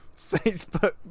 Facebook